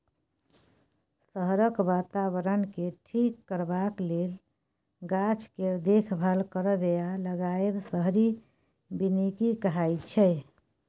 शहरक बाताबरणकेँ ठीक करबाक लेल गाछ केर देखभाल करब आ लगाएब शहरी बनिकी कहाइ छै